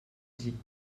dit